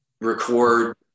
record